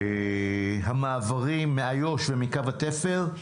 המעברים מאיו"ש ומקו התפר,